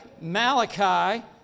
Malachi